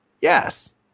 Yes